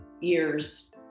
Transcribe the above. years